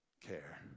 care